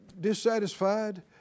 dissatisfied